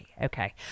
Okay